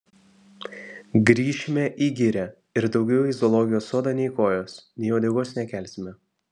grįšime į girią ir daugiau į zoologijos sodą nei kojos nei uodegos nekelsime